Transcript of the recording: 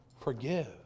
forgive